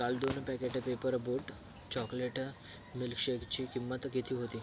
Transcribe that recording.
काल दोन packet Paper Boat chocolate मिल्कशेकची किंमत किती होती